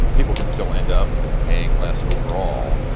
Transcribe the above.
people can still end up paying less overall,